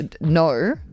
No